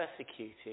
persecuted